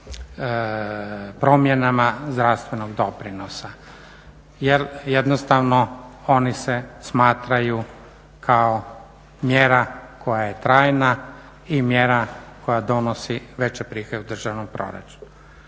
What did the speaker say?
promjenama zdravstvenog doprinosa. Jer jednostavno oni se smatraju kao mjera koja je trajna i mjera koja donosi veći prihod u državnom proračunu.